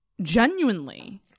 genuinely